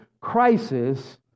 crisis